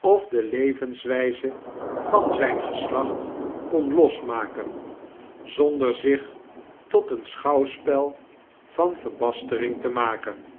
of de levenswijze van zijn geslacht kon losmaken zonder zich tot een schouwspel van verbastering te maken